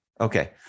okay